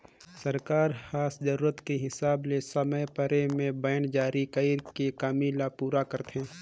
सरकार ह जरूरत के हिसाब ले समे परे में बांड जारी कइर के कमी ल पूरा करथे